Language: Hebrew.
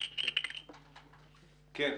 כן.